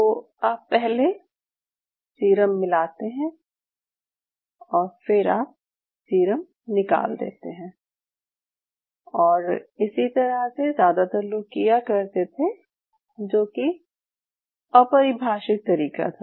तो आप पहले सीरम मिलाते हैं और फिर आप सीरम निकाल देते हैं और इसी तरह से ज़्यादातर लोग किया करते थे जो की अपरिभाषित तरीका था